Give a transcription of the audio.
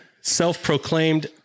self-proclaimed